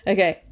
Okay